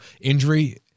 injury